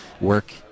work